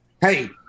hey